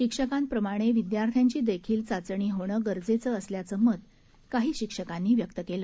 शिक्षकांप्रमाणे विद्यार्थ्याची देखील चाचणी होणं गरजेचं असल्याचं मत काही शिक्षकांनी व्यक्त केलं